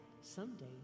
Someday